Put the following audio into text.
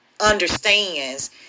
understands